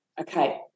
Okay